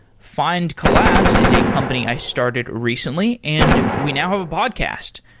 findcollabs is a company i started recently, and we now have a podcast.